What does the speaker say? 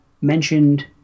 mentioned